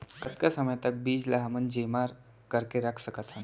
कतका समय तक बीज ला हमन जेमा करके रख सकथन?